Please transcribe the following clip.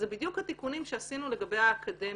זה בדיוק התיקונים שעשינו לגבי האקדמיה,